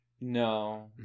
No